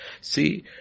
See